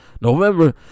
November